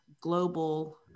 global